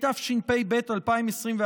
התשפ"ב 2021,